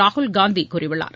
ராகுல் காந்திகூறியுள்ளார்